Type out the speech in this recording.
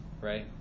right